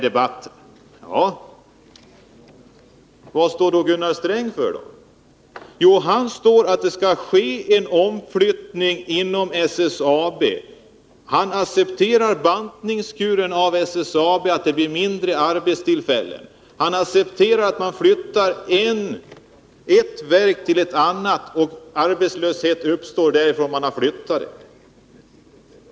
Ja, men vad står då Gunnar Sträng för? Jo, han står för att det skall ske en omflyttning inom SSAB. Han accepterar bantningskuren i SSAB — att det blir färre arbetstillfällen. Han accepterar att man flyttar ett verk till ett annat och att arbetslöshet uppstår på den ord från vilken verket flyttat.